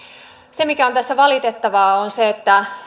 se mikä on tässä valitettavaa on se että